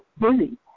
busy